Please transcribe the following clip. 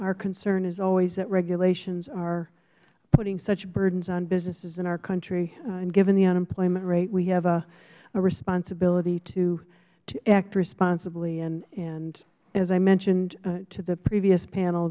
our concern is always that regulations are putting such burdens on businesses in our country and given the unemployment rate we have a responsibility to act responsibly and as i mentioned to the previous panel